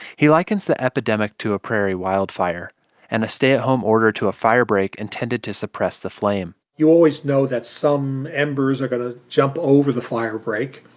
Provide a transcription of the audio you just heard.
he likens the epidemic to a prairie wildfire and a stay-at-home order to a firebreak intended to suppress the flame you always know that some embers are going to jump over the firebreak,